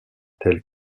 tels